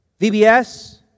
VBS